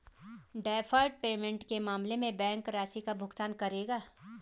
deferred payment के मामले में बैंक राशि का भुगतान करेगा